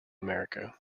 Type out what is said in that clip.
america